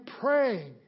praying